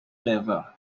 level